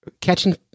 catching